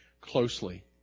closely